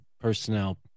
personnel